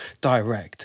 direct